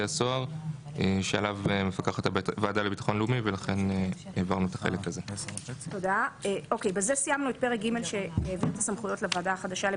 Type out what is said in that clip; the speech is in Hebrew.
בחוק מגבלות על חזרתו של עבריין מין לסביבת נפגע העבירה,